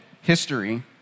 history